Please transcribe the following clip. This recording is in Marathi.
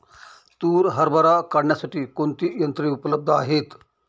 तूर हरभरा काढण्यासाठी कोणती यंत्रे उपलब्ध आहेत?